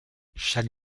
chaque